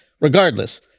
Regardless